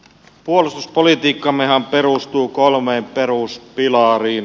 puolustuspolitiikkammehan perustuu kolmeen peruspilariin